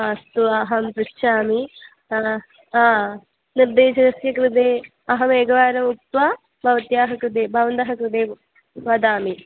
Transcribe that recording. अस्तु अहं पृच्छामि निर्देशनस्य कृते अहमेकवारम् उक्त्वा भवत्याः कृते भवन्तः कृते वदामि